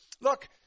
Look